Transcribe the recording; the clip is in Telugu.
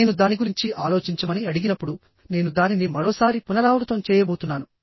నేను దాని గురించి ఆలోచించమని అడిగినప్పుడు నేను దానిని మరోసారి పునరావృతం చేయబోతున్నాను